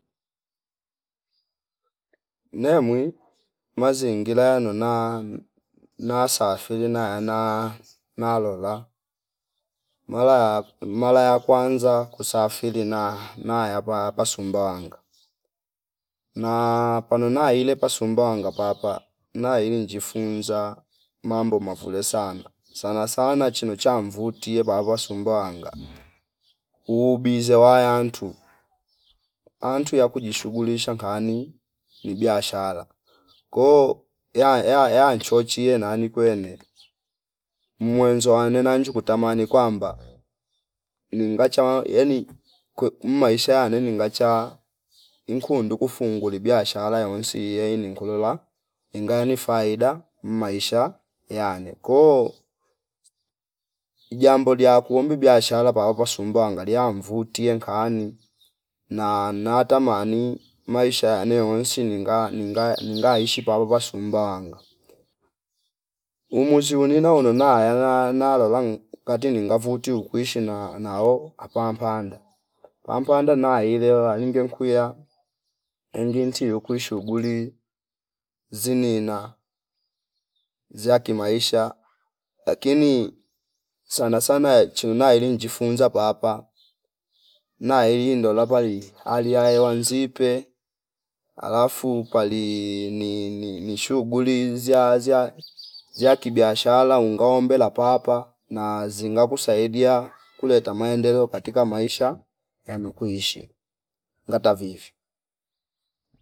Nemwi mazi ngila yanona na safili nayana nalola mola ya mala ya kwanz kusafiri na naya hapapa Sumbawanga na panona ilepa Sumbawnga papa nainji funza mambo mavule sana sanasana chino chamvutie babwa Sumbawanga uubize wayantu antu ya kujishugulisha kani ni biashara ko ya- ya- yanchonchie nani kwene mwenzo wane nanju kutamani kwamba ningachawa yani kwe mmaisha yaneni ngacha nkundu kufunguli biashara yawonsi iyeni kolola ingaya ni faida mmaisha yane ko ijambo lia kuombi biashara pawapa SUumbawanga lia mvutie nkani na natamani maisha ane wonsi ninga, ningaya- ningayaishi pawapa Sumbawanga umuzi unina unona hela nalola kati ninga vuti ukwishi na- nao apampanda pampanda naile ninge mkiya inginti yukwishi shughuli zinina za kimaisha lakini sanasana chiuna ili njifunza papa nai ndola pai aliaye wanzipe alafu pali ni- ni- nishughuli ziya- ziya- ziyakibiashara unga ombela papa na zinga kusaidia kuleta maendeleo katika yanu kuishi ngata vivi